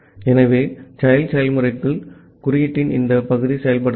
ஆகவே child செயல்முறைக்குள் குறியீட்டின் இந்த பகுதி செயல்படுத்தப்படும்